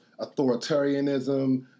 authoritarianism